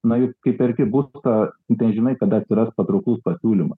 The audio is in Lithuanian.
na juk kai perki butą tai žinai kada atsiras patrauklus pasiūlymas